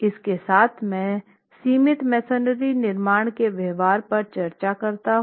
इसके साथ मैं सीमित मेसनरी निर्माण के व्यवहार पर चर्चा समाप्त करता हूं